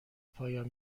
پایان